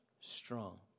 strong